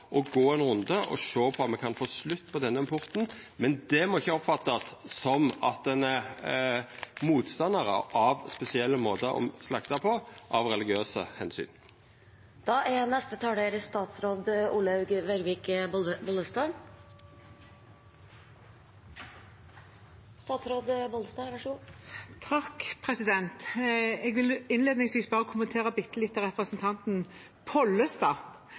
og gå ein runde for å sjå på om me kan få slutt på denne importen – men det må ikkje oppfattast som at ein er motstandar av spesielle måtar å slakta på av